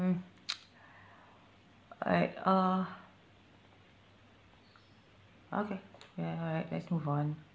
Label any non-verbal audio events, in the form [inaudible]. [noise] alright uh okay ya alright let's move on